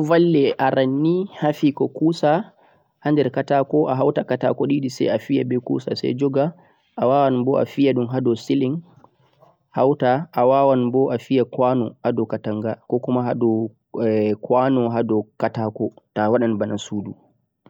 guduma ni doh valle aranni ha fi'go kusa ha der katako a hauta katako didi sai a fiya beh kusa sai joga a wawan boh a fiya dhum hado ceiling hauta a wawan boh a fiya kwano hado katanaga ko ko kuma kwano hado katako to'a wadan baana sudu